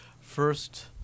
first